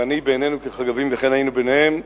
ונהי בעינינו כחגבים וכן היינו בעיניהם,